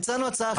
הצענו הצעה אחרת.